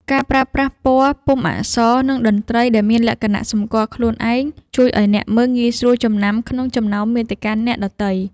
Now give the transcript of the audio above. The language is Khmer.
ការប្រើប្រាស់ពណ៌ ពុម្ពអក្សរ និងតន្ត្រីដែលមានលក្ខណៈសម្គាល់ខ្លួនឯង ជួយឱ្យអ្នកមើលងាយស្រួលចំណាំក្នុងចំណោមមាតិកាដទៃ។